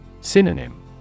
Synonym